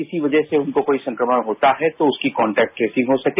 किसी वजह से उनको कोई संक्रमण होता है तो उसकीकॉन्टेक्ट ट्रेसिंग हो सके